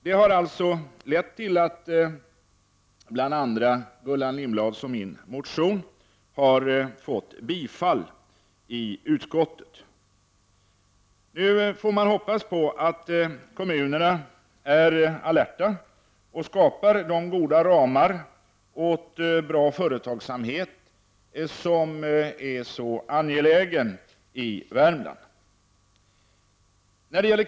Det har alltså lett till att bl.a. Gullan Lindblads och min motion fått bifall i utskottet. Nu får man hoppas att kommunerna är alerta och skapar goda ramar åt bra företagsamhet som är så angeläget i Värmland.